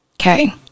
Okay